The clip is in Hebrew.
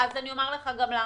אומר לך למה.